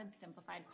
Simplified